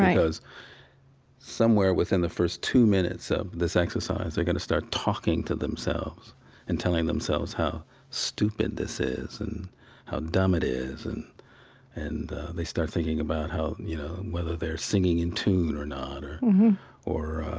because somewhere within the first two minutes of this exercise, they are going to start talking to themselves and telling themselves how stupid this is and how dumb it is. and and they start thinking about how, you know, whether they are singing in tune or not or or